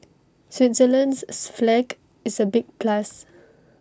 Switzerland's flag is A big plus